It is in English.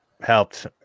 helped